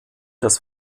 das